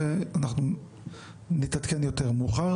זה, אנחנו נתעדכן יותר מאוחר.